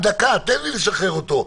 דקה, תן לי לשחרר אותו.